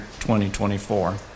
2024